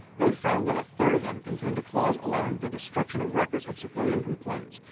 they found that a third of them contained a clause allowing the destruction of records of civilian complaints,